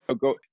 go